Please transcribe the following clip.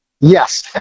yes